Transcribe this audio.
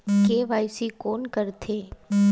KYC कोन करथे?